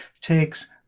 takes